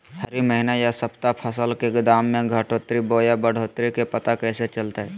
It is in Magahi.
हरी महीना यह सप्ताह फसल के दाम में घटोतरी बोया बढ़ोतरी के पता कैसे चलतय?